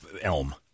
Elm